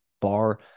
bar